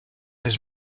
his